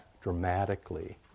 dramatically